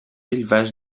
élevage